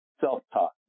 self-talk